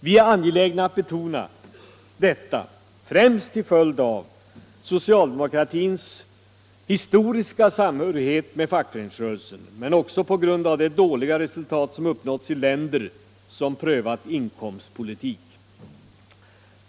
Vi är angelägna att betona detta främst till följd av socialdemokratins historiska samhörighet med fackföreningsrörelsen men också på grund av de dåliga resultat som uppnåtts i länder som prövat inkomstpolitik.